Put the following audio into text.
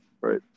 Right